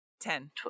Ten